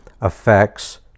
affects